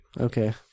Okay